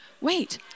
Wait